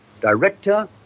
director